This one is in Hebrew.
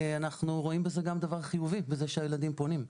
אנחנו רואים בזה גם דבר חיובי - בזה שהילדים פונים.